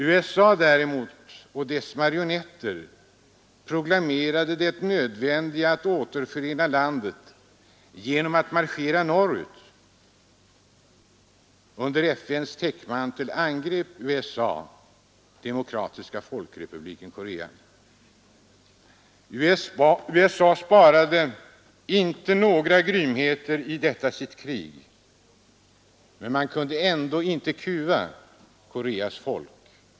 USA däremot och dess marionetter proklamerade nödvändigheten av att återförena landet genom att ”marschera norrut”. Under FN:s täckmantel angrep USA Demokratiska folkrepubliken Korea, och USA sparade inte några grymheter i detta sitt krig. Men man kunde ändå inte kuva Koreas folk.